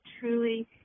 truly